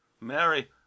mary